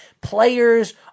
players